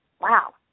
wow